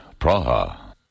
Praha